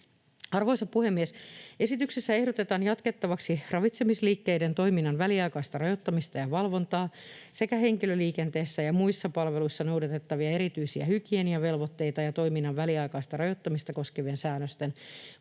Arvoisa puhemies! Esityksessä ehdotetaan jatkettavaksi ravitsemisliikkeiden toiminnan väliaikaista rajoittamista ja valvontaa sekä henkilöliikenteessä ja muissa palveluissa noudatettavia erityisiä hygieniavelvoitteita ja toiminnan väliaikaista rajoittamista koskevien säännösten